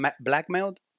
blackmailed